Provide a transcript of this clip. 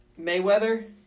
Mayweather